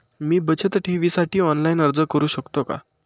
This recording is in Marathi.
मी बचत ठेवीसाठी ऑनलाइन अर्ज करू शकतो का?